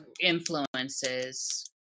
influences